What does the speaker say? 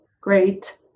Great